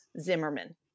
Zimmerman